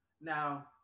Now